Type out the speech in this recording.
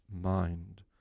mind